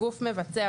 גוף מבצע,